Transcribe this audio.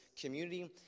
community